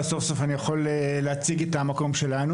אז סוף סוף אני יכול להציג את המקום שלנו.